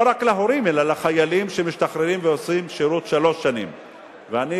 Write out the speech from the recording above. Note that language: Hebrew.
לא רק להורים אלא לחיילים שעושים שירות שלוש שנים ומשתחררים.